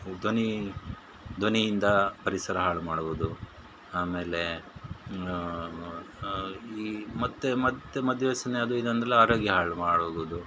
ಧ್ವನಿ ಧ್ವನಿಯಿಂದ ಪರಿಸರ ಹಾಳು ಮಾಡುವುದು ಆಮೇಲೆ ಈ ಮತ್ತು ಮತ್ತು ಮದ್ಯ ವ್ಯಸನೆ ಅದೂ ಇದೂ ಅಂದರೆಲ್ಲ ಆರೋಗ್ಯ ಹಾಳು ಮಾಡುವುದು